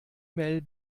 mail